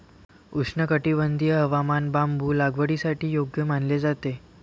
उष्णकटिबंधीय हवामान बांबू लागवडीसाठी योग्य मानले जाते